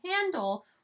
handle